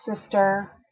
sister